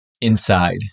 inside